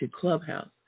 Clubhouse